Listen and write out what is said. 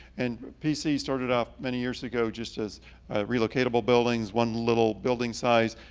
and pcs started off many years ago just as relocatable buildings, one little building size.